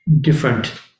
different